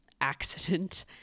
accident